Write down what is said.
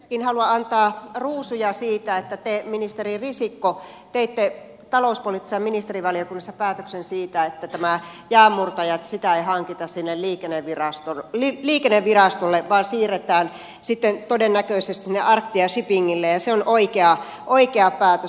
ensinnäkin haluan antaa ruusuja siitä että te ministeri risikko teitte talouspoliittisessa ministerivaliokunnassa päätöksen siitä että tätä jäänmurtajaa ei hankita sinne liikennevirastolle vaan siirretään sitten todennäköisesti se arctia shippingille ja se on oikea päätös